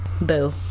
Boo